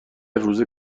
روز